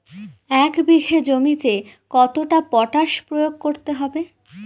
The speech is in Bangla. এক বিঘে জমিতে কতটা পটাশ প্রয়োগ করতে হবে?